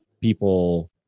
people